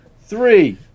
three